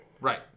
Right